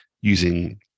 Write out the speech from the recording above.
using